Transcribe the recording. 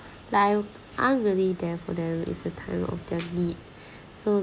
like I'm really there for them it's time of their need so